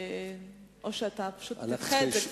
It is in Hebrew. או שפשוט תדחה את זה,